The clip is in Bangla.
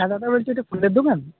হ্যালো দাদা এটা কি ফুলের দোকান